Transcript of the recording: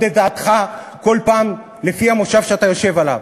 את דעתך כל פעם לפי המושב שאתה יושב עליו.